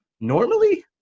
Normally